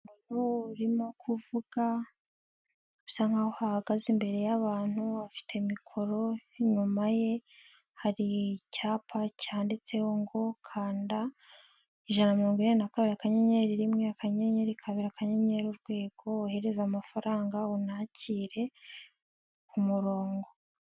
Umuntu urimo kuvuga bisa nk'aho ahagaze imbere y'abantu afite mikoro, inyuma ye hari icyapa cyanditseho ngo kanda ijana mirongo inani na kabiri akanyenyeri rimwe, akanyenyeri kabira, akanyenyeri urwego wohereza amafaranga unakire ku murongo.